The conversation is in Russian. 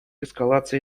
эскалации